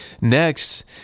Next